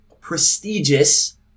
prestigious